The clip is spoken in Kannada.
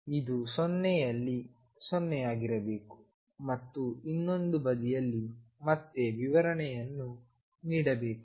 ಇದು 0 ನಲ್ಲಿ 0 ಆಗಿರಬೇಕು ಮತ್ತು ಇನ್ನೊಂದು ಬದಿಯಲ್ಲಿ ಮತ್ತೆ ವಿವರಣೆಯನ್ನು ನೀಡಬೇಕು